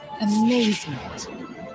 amazement